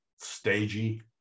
stagey